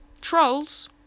Trolls